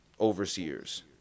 overseers